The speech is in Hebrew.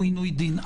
הוא עינוי דין.